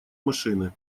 машины